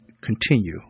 continue